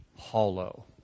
hollow